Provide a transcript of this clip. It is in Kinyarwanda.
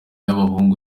y’abahungu